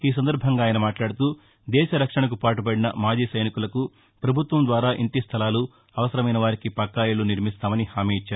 ఈ సందర్భంగా ఆయన మాట్లాడుతూ దేశ రక్షణకు పాటుపడిన మాజీ సైనికులకు ప్రభుత్వం ద్వారా ఇంటిస్టలాలు అవసరమైన వారికి పక్కా ఇళ్లు నిర్మిస్తామని హామీ ఇచ్చారు